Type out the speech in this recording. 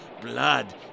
Blood